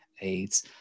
AIDS